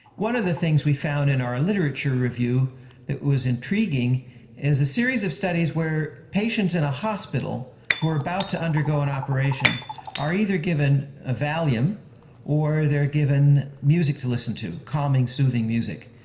one of the things we found in our literature review that was intriguing was a series of studies where patients in a hospital who were about to undergo an operation are either given a valium or they are given music to listen to, calming, soothing music.